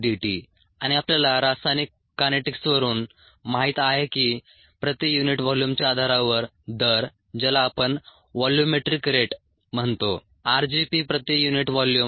rgPddt आणि आपल्याला रासायनिक कायनेटीक्सवरून माहित आहे की प्रति युनिट व्हॉल्यूमच्या आधारावर दर ज्याला आपण व्हॉल्यूमेट्रिक रेट म्हणतो r g P प्रति युनिट व्हॉल्यूम